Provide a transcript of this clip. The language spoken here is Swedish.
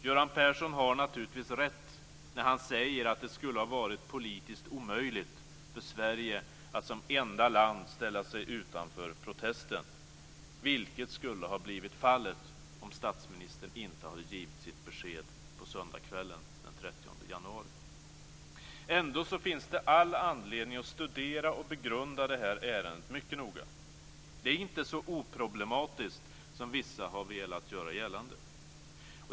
Göran Persson har naturligtvis rätt när han säger att det skulle ha varit politiskt omöjligt för Sverige att som enda land ställa sig utanför protesten, vilket skulle ha blivit fallet om statsministern inte hade givit sitt besked på söndagkvällen den 30 januari. Ändå finns det all anledning att studera och begrunda detta ärende mycket noga. Det är inte så oproblematiskt som vissa har velat göra gällande.